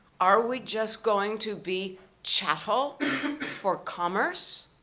are we just going to be chattel for commerce?